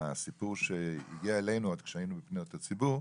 הסיפור שהגיע אלינו כשהיינו בפניות הציבור,